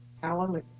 Hallelujah